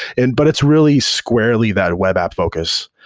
and but it's really squarely that web app focus.